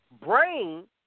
brain